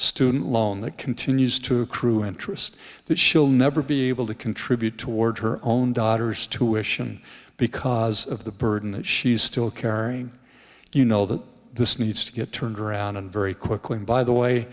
student loan that continues to accrue interest that she'll never be able to contribute toward her own daughters to wish because of the burden that she's still carrying you know that this needs to get turned around and very quickly and by the way